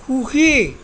সুখী